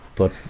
but,